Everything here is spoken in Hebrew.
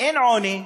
אין עוני,